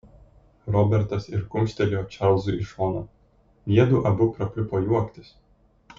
robertas ir kumštelėjo čarlzui į šoną jiedu abu prapliupo juoktis